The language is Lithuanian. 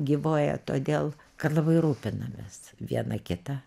gyvuoja todėl kad labai rūpinamės viena kita